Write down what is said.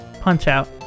Punch-Out